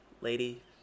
lady